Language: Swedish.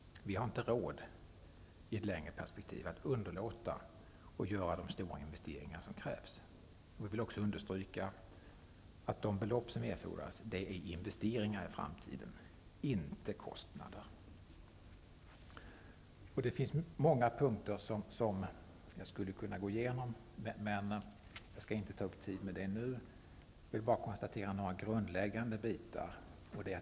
Vi har inte råd i ett längre perspektiv att underlåta att göra de stora investeringar som krävs. Vi vill understryka att de belopp som erfordras är investeringar i framtiden, inte kostnader. Det finns många punkter som jag skulle kunna gå igenom, men jag skall inte ta upp tid med det. Jag vill bara konstatera några grundläggande fakta.